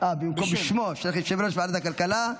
בשמו של יושב-ראש ועדת הכלכלה,